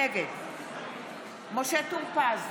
נגד משה טור פז,